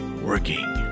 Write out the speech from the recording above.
working